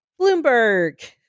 bloomberg